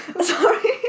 sorry